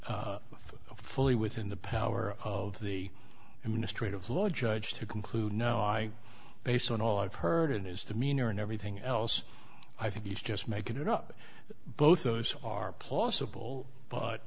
be fully within the power of the administrators law judge to conclude no i based on all i've heard in his demeanor and everything else i think he's just making it up both those are plausible but